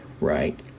Right